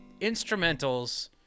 instrumentals